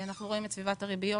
אנחנו רואים את סביבת הריביות,